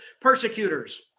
persecutors